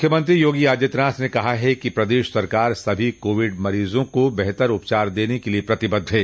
मुख्यमंत्री योगी आदित्यनाथ ने कहा है कि प्रदेश सरकार सभी कोविड मरीजों को बेहतर उपचार देने के लिये प्रतिबद्ध है